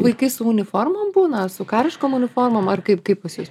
vaikai su uniformom būna su kariškom uniformom ar kaip kaip pas jus